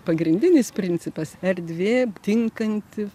pagrindinis principas erdvi tinkanti